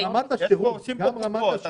עושים פה קופות.